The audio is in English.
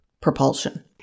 propulsion